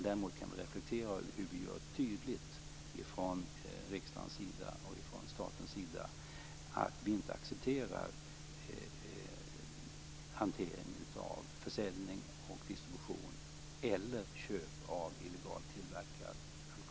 Däremot kan vi reflektera över hur vi gör det tydligt från riksdagens och statens sida att vi inte accepterar hantering, försäljning, distribution eller köp av illegalt tillverkad alkohol.